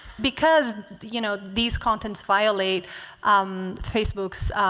because you know these contents violate facebook's